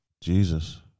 Jesus